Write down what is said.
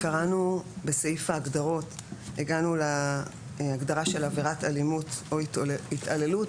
בסעיף ההגדרות הגענו להגדרה של עבירת אלימות או התעללות,